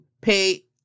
pay